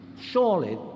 Surely